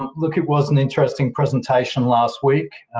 um look, it was an interesting presentation last week.